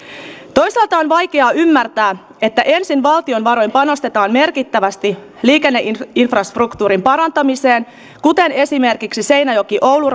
toisaalta on vaikeaa ymmärtää että ensin valtion varoin panostetaan merkittävästi liikenneinfrastruktuurin parantamiseen kuten esimerkiksi seinäjoki oulu